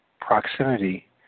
proximity